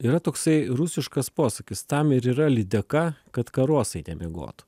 yra toksai rusiškas posakis tam ir yra lydeka kad karosai nemiegotų